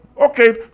okay